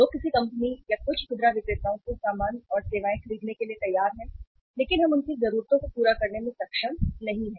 लोग किसी कंपनी या कुछ खुदरा विक्रेताओं से सामान और सेवाएं खरीदने के लिए तैयार हैं लेकिन हम उनकी जरूरतों को पूरा करने में सक्षम नहीं हैं